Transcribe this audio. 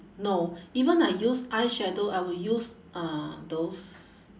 no even I use eyeshadow I will use uh those